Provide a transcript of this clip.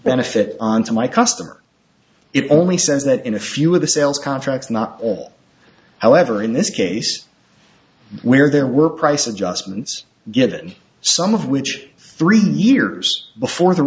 benefit on to my customer it only says that in a few of the sales contracts not all however in this case where there were price adjustments given some of which three years before the